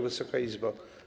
Wysoka Izbo!